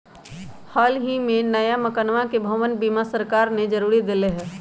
हल ही में नया मकनवा के भवन बीमा सरकार ने जरुरी कर देले है